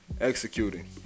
executing